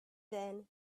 then